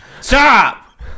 Stop